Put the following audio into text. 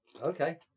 Okay